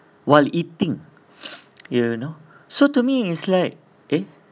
while eating you know so to me is like eh